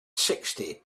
sixty